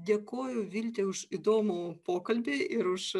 dėkoju viltei už įdomų pokalbį ir už